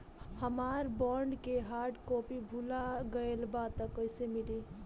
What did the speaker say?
हमार बॉन्ड के hard copy भुला गएलबा त कैसे मिली?